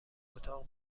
اتاق